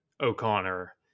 O'Connor